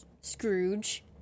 Scrooge